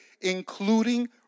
including